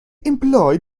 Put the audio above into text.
employed